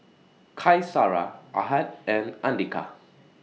Qaisara Ahad and Andika